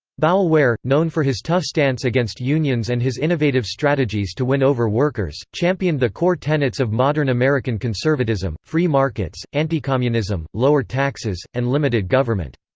boulware, known for his tough stance against unions and his innovative strategies to win over workers, championed the core tenets of modern american conservatism free markets, anticommunism, lower taxes, and limited government.